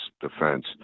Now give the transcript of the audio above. defense